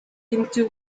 into